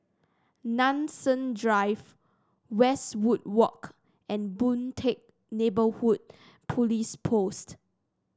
Nanson Drive Westwood Walk and Boon Teck Neighbourhood Police Post